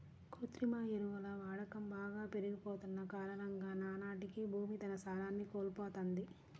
కృత్రిమ ఎరువుల వాడకం బాగా పెరిగిపోతన్న కారణంగా నానాటికీ భూమి తన సారాన్ని కోల్పోతంది